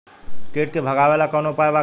कीट के भगावेला कवनो उपाय बा की?